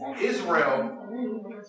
Israel